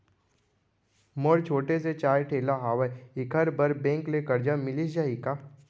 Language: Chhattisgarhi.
मोर छोटे से चाय ठेला हावे एखर बर बैंक ले करजा मिलिस जाही का?